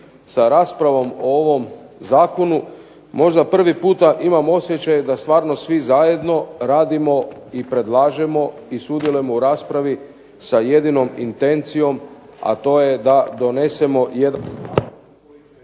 sa raspravom o ovom zakonu. Možda prvi puta imam osjećaj da stvarno svi zajedno radimo i predlažemo i sudjelujemo u raspravi sa jedinom intencijom, a to je da donesemo